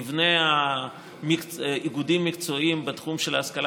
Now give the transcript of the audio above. מבני האיגודים המקצועיים בתחום של ההשכלה